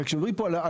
הרי כשמדברים פה,